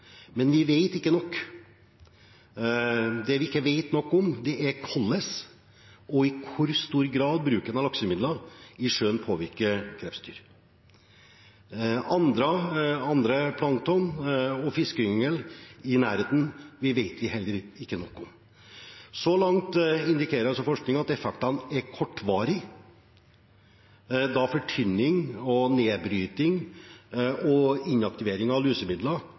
men vi vet ikke nok, og det vi ikke vet nok om, er hvordan og i hvor stor grad bruken av lakselusmidler i sjøen påvirker krepsdyr, andre plankton og fiskeyngel i nærheten. Så langt indikerer forskningen at effektene er kortvarige, da fortynning, nedbryting og inaktivering av lusemidler